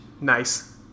Nice